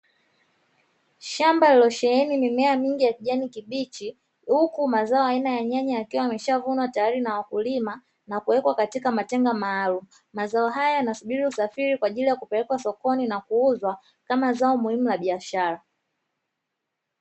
Shamba lililosheheni mimea mingi ya kijani kibichi, huku mazao aina ya nyanya yakiwa yameshavunwa tayari na wakulima na kuwekwa katika matenga maalumu, mazao haya yanasubiri usafiri kwa ajili ya kupelekwa sokoni na kuuzwa kama zao muhimu la biashara.